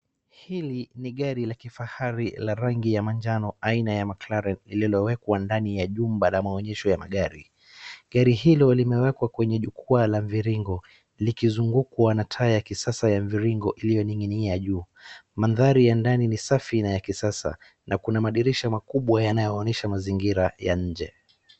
Hili ni gari la kifahari la rangi ya manjano aina ya Mclaren ililowekwa ndani ya jumba la maonyesho ya magari. Gari hilo limewekwa kwenye jukwaa la mviringo likizugukwa na taa ya kisasa ya mviringo ilioning'inia juu. Mandhari ya ndani ni safi na ya kisasa na kuna madirisha makubwa yanaonyesha mazingira ya nje.